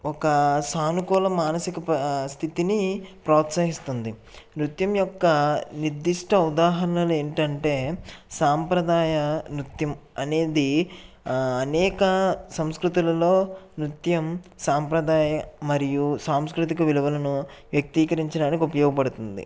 ఒక సానుకూల మానసిక స్థితిని ప్రోత్సాహిస్తుంది నృత్యం యొక్క నిర్దిష్ట ఉదాహరణలు ఏంటి అంటే సాంప్రదాయ నృత్యం అనేది అనేక సంస్కృతులలో నృత్యం సంప్రదాయం మరియు సాంస్కృతిక విలువలను వ్యక్తీకరించడానికి ఉపయోగపడుతుంది